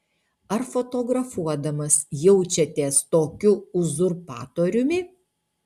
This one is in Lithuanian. ar fotografuodamas jaučiatės tokiu uzurpatoriumi